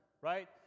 right